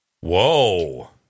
Whoa